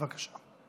בבקשה.